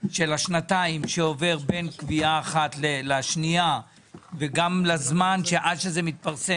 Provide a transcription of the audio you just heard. של השנתיים שעובר בין קביעה אחת לשנייה וגם לזמן שעד שזה מתפרסם,